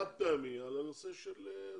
חד פעמי, על הנושא של זה.